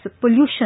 pollution